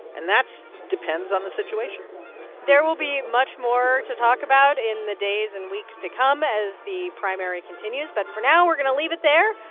and that depends on the situation there will be much more to talk about in the days and weeks to come as the primary continues. but for now, we're going to leave it there.